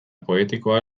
poetikoa